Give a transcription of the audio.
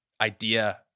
idea